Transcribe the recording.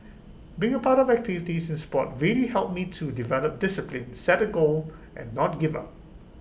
being A part of activities in Sport really helped me to develop discipline set A goal and not give up